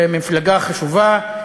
ממפלגה חשובה,